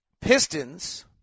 Pistons